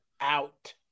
out